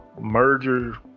merger